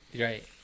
Right